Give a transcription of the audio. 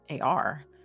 AR